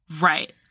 right